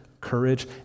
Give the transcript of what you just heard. courage